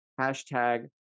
hashtag